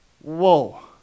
Whoa